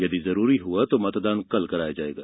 यदि जरूरी हुआ तो मतदान कल कराया जाएगा